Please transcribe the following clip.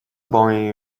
boy